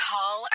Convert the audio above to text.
Call